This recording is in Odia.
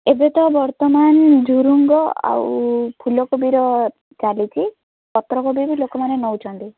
ଏବେ ତ ବର୍ତ୍ତମାନ ଝୁଡ଼ଙ୍ଗ ଆଉ ଫୁଲକୋବିର ଚାଲିଛି ପତ୍ରକୋବି ବି ଲୋକମାନେ ନଉଛନ୍ତି